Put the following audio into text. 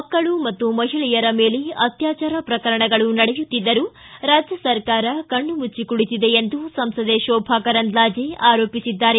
ಮಕ್ಕಳು ಹಾಗೂ ಮಹಿಳೆಯರ ಮೇಲೆ ಅತ್ಕಾಚಾರ ಪ್ರಕರಣಗಳು ನಡೆಯುತ್ತಿದ್ದರೂ ರಾಜ್ಯ ಸರ್ಕಾರ ಕಣ್ಣು ಮುಜ್ಜೆ ಕುಳಿತಿದೆ ಎಂದು ಸಂಸದೆ ಶೋಭಾ ಕರಂದ್ಲಾಜೆ ಆರೋಪಿಸಿದ್ದಾರೆ